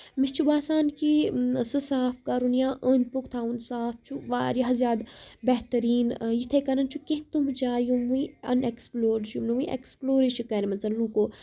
مےٚ چھُ باسان کہِ سُہ صاف کرُن یا أندۍ پوٚک تھاوُن صاف چھُ واریاہ زیادٕ بہتیریٖن یِتھٲے کٔنۍ چھُ کیٚنٛہہ تِم جایہِ یِموٕے ان ایٚکٕسپٕلوڈ چھِ یِم نہٕ ایٚکٕسپٕلورٕے چھِ کرمَژ لُکو